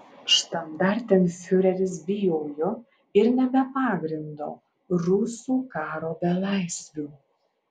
štandartenfiureris bijojo ir ne be pagrindo rusų karo belaisvių